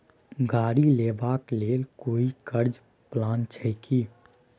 गाड़ी लेबा के लेल कोई कर्ज प्लान छै की?